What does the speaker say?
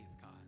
God